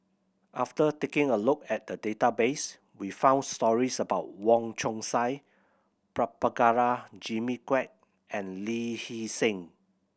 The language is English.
after taking a look at the database we found stories about Wong Chong Sai Prabhakara Jimmy Quek and Lee Hee Seng